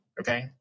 okay